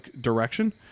direction